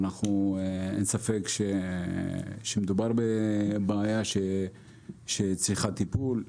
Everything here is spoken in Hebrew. ואין ספק שמדובר בבעיה שצריכה טיפול.